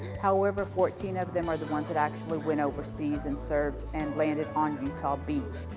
however, fourteen of them are the ones that actually went overseas and served and landed on utah beach.